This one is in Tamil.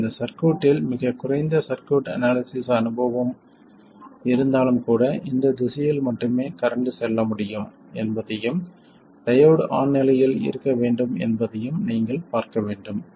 இந்த சர்க்யூட்டில் மிகக் குறைந்த சர்க்யூட் அனாலிசிஸ் அனுபவம் இருந்தாலும் கூட இந்த திசையில் மட்டுமே கரண்ட் செல்ல முடியும் என்பதையும் டையோடு ஆன் நிலையில் இருக்க வேண்டும் என்பதையும் நீங்கள் பார்க்க முடியும்